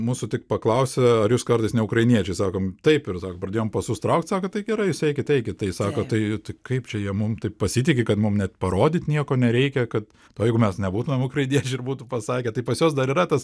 mūsų tik paklausė ar jūs kartais ne ukrainiečiai sakom taip ir sako pradėjom pasus traukt sako tai gerai jūs eikit eikit tai sako tai kaip čia jie mum taip pasitiki kad mum net parodyt nieko nereikia kad o jeigu mes nebūtumėm ukrainiečiai ir būtų pasakę tai pas juos dar yra tas